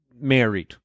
married